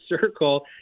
circle